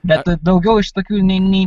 bet daugiau iš tokių nei nei